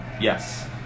Yes